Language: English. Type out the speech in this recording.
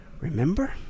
Remember